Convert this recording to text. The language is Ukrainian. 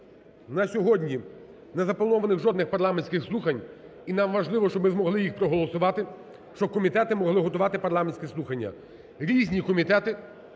На сьогодні не заплановано жодних парламентських слухань і нам важливо, щоб ми змогли їх проголосувати, щоб комітети могли готувати парламентські слухання. Різні комітети,